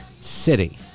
City